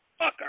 fucker